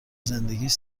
زندگیش